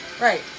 Right